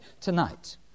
tonight